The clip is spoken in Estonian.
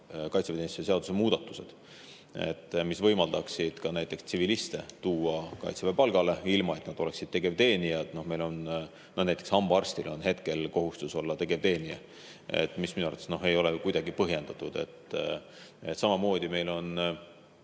kaitseväeteenistuse seaduse muudatused, mis võimaldaksid näiteks tsiviliste tuua Kaitseväe palgale, ilma et nad oleksid tegevteenijad. Näiteks on meil hambaarstil hetkel kohustus olla tegevteenija, mis minu arvates ei ole kuidagi põhjendatud. Samamoodi on